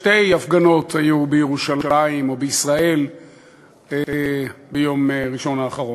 שתי הפגנות היו בירושלים או בישראל ביום ראשון האחרון.